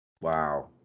Wow